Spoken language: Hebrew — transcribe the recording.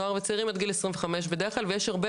נוער וצעירים עד גיל 25 בדרך כלל ויש הרבה